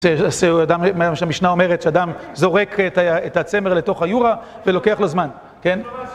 כשמשנה אומרת שאדם זורק את הצמר לתוך היורה ולוקח לו זמן, כן